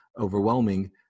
overwhelming